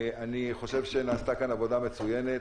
אני חושב שנעשתה כאן עבוד המצוינת.